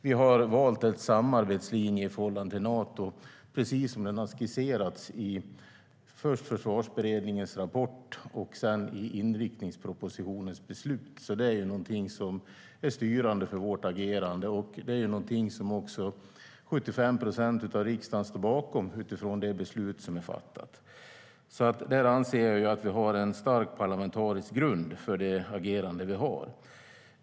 Vi har valt en samarbetslinje i förhållande till Nato precis som den har skisserats först i Försvarsberedningens rapport och sedan i inriktningspropositionens beslut. Det är någonting som är styrande för vårt agerande, och det är någonting som också 75 procent av riksdagen står bakom utifrån det beslut som är fattat. Jag anser därför att vi har en stark parlamentarisk grund för det agerande vi har.